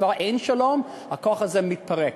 כבר אין שלום והכוח הזה מתפרק.